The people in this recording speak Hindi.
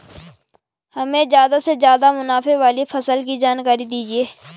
हमें सबसे ज़्यादा से ज़्यादा मुनाफे वाली फसल की जानकारी दीजिए